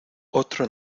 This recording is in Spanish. otro